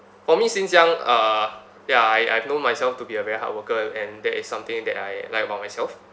for me since young uh ya I I've known myself to be a very hard worker and that is something that I like about myself